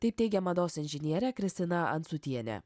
taip teigia mados inžinierė kristina ancutienė